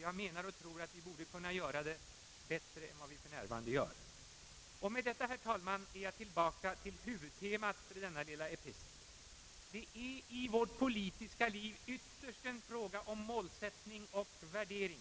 Jag menar och tror att vi borde kunna göra det bättre än vad vi för närvarande gör. Med detta, herr talman, är jag tillbaka till huvudtemat för denna lilla epistel. Det är i vårt politiska liv ytterst en fråga om målsättning och värdering.